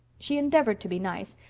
she endeavored to be nice,